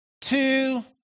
two